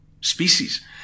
species